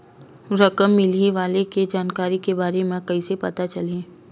रकम मिलही वाले के जानकारी के बारे मा कइसे पता चलही?